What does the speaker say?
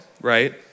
right